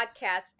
podcast